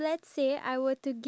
ya